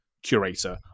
Curator